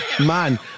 Man